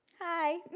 Hi